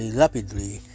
rapidly